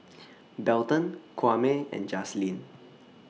Belton Kwame and Jazlene